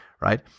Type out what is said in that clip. right